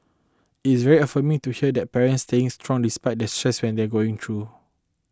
it is very affirming to hear that parents staying strong despite the stress when they are going through